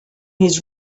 his